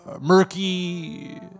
murky